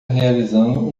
realizando